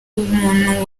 muntu